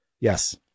yes